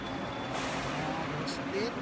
ম'ম' দহ প্লেট